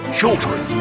children